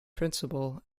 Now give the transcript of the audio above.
principal